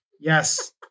Yes